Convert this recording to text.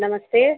नमस्ते